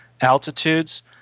Altitudes